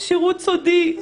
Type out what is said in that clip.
שירות סודי.